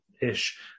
ish